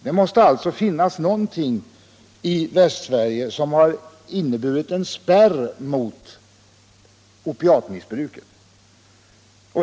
Det måste alltså i Västsverige finnas någonting som har inneburit en spärr mot opiatmissbruket.